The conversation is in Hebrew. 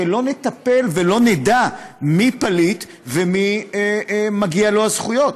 שלא נטפל ולא נדע מי פליט ולמי מגיעות הזכויות,